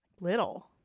Little